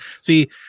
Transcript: See